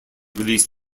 released